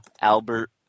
Albert